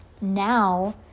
now